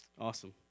Awesome